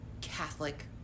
Catholic